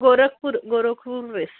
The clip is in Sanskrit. गोरक्पुर् गोरख्पूर् प्रेस्